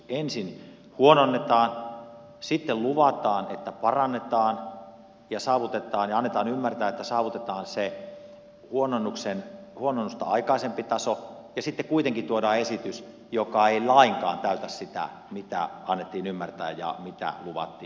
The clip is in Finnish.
ensin huononnetaan sitten luvataan että parannetaan ja annetaan ymmärtää että saavutetaan se huononnusta aikaisempi taso ja sitten kuitenkin tuodaan esitys joka ei lainkaan täytä sitä mitä annettiin ymmärtää ja mitä luvattiin